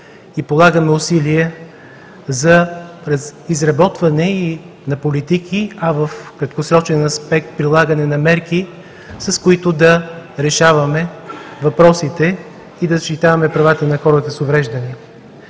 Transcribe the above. и полагаме усилия за изработване на политики, а в краткосрочен аспект – прилагане на мерки, с които да решаваме въпросите и да защитаваме правата на хората с увреждания.